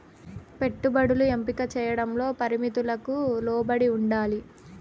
పెట్టుబడులు ఎంపిక చేయడంలో పరిమితులకు లోబడి ఉండాలి